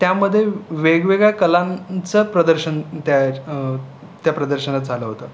त्यामध्ये वेगवेगळ्या कलांचं प्रदर्शन त्या च्य त्या प्रदर्शनात झालं होतं